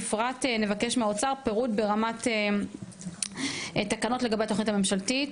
בפרט נבקש מהאוצר פירוט ברמת תקנות לגבי התוכנית הממשלתית.